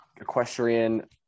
equestrian